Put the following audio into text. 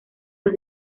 los